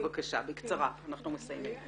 בבקשה, בקצרה, אנחנו מסיימים כבר.